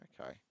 Okay